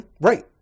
Right